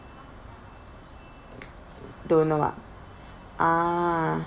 don't know ah ah